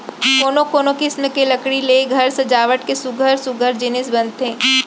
कोनो कोनो किसम के लकड़ी ले घर सजावट के सुग्घर सुग्घर जिनिस बनथे